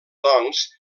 doncs